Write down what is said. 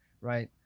Right